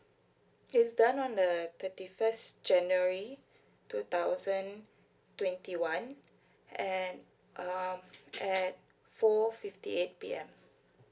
is done on the thirty first january two thousand twenty one and um at four fifty eight P_M